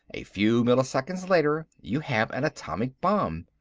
a few milliseconds later you have an atomic bomb.